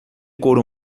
couro